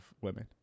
women